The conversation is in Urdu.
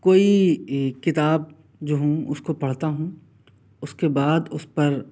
کوئی کتاب جو ہوں اس کو پڑھتا ہوں اس کے بعد اس پر